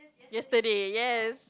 yesterday yes